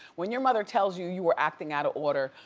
when your mother tells you you're acting out of order,